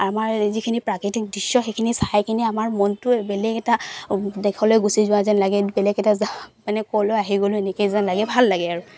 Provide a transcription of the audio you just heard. আমাৰ যিখিনি প্ৰাকৃতিক দৃশ্য সেইখিনি চাই কিনে আমাৰ মনটো বেলেগ এটা দেশলৈ গুচি যোৱা যেন লাগে বেলেগ এটা মানে ক'লৈ আহি গ'লো এনেকৈ যেন লাগে ভাল লাগে আৰু